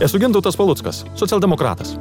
esu gintautas paluckas socialdemokratas